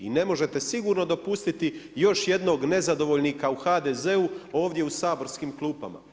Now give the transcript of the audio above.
I ne možete sigurno dopustiti još jednog nezadovoljnika u HDZ-u, ovdje u saborskim klupama.